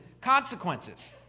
consequences